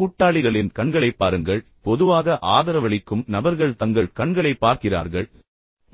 கூட்டாளிகளின் கண்களைப் பாருங்கள் எனவே பொதுவாக ஆதரவளிக்கும் நபர்கள் தங்கள் கண்களைப் பார்க்கிறார்கள் ஆனால்